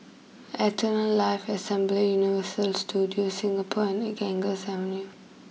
Eternal Life Assembly Universal Studios Singapore and Ganges Avenue